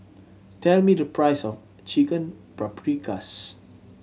tell me the price of Chicken Paprikas